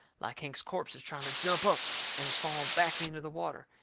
like hank's corpse is trying to jump up and is falling back into the water,